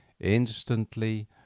Instantly